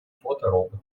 фоторобота